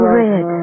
red